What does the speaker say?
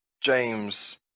James